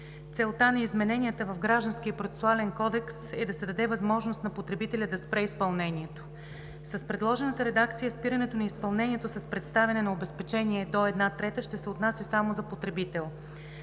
Целта на измененията в Гражданския процесуален кодекс е да се даде възможност на потребителя да спре изпълнението. С предложената редакция спирането на изпълнението с представяне на обезпечение до една трета ще се отнася само за потребител.